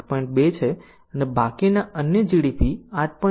2 છે અને બાકીના અન્ય GDP 8